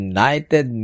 United